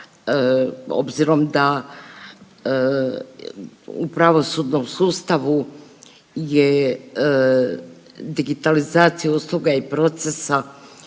obzirom da u pravosudnom sustavu je digitalizacija usluga i procesa